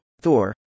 Thor